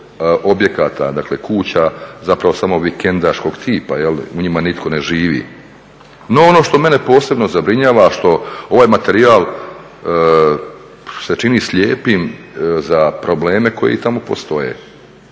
objekata, dakle kuća zapravo samo vikendaškog tipa, u njima nitko ne živi. No, ono što mene posebno zabrinjava, a što ovaj materijal se čini slijepim za probleme koji tamo postoje.